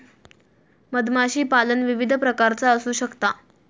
मधमाशीपालन विविध प्रकारचा असू शकता